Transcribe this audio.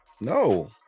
No